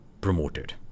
promoted